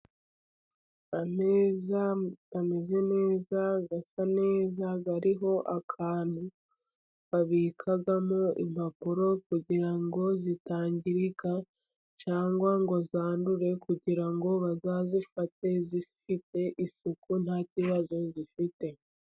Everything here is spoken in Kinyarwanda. Ameza ameze neza, asa neza, ariho akantu babikamo impapuro kugira ngo zitangirika, cyangwa ngo zandure, kugira ngo bazazifate zifite isuku nta kibazo zifite.